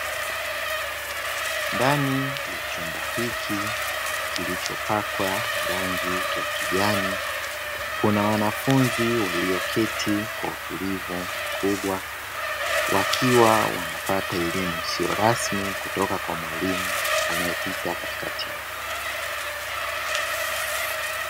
Ndani ya chumba hiki kilichopakwa rangi ya kijani, kuna wanafunzi walioketi kwa utulivu mkubwa. Wakiwa wanapata elimu isiyo rasmi kutoka kwa mwalimu anayepita katikati yao.